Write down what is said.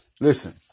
Listen